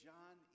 John